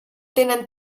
tenen